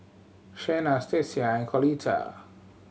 Shenna Stacia and Coletta